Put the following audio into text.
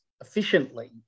efficiently